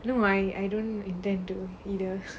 you know my I don't intend to either